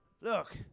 Look